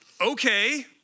Okay